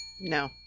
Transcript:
No